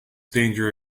danger